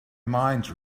mind